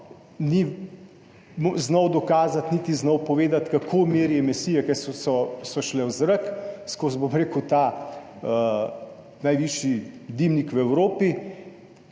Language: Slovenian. ni znal dokazati niti znal povedati, kako meri emisije, ki so šle v zrak skozi ta najvišji dimnik v Evropi,